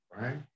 right